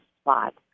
spot